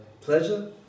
pleasure